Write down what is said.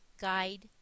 Guide